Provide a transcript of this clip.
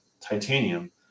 titanium